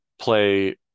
play